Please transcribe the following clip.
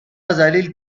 ذلیل